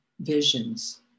visions